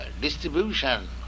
distribution